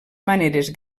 maneres